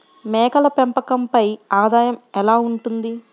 మేకల పెంపకంపై ఆదాయం ఎలా ఉంటుంది?